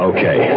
Okay